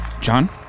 John